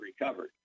recovered